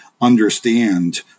understand